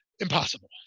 Impossible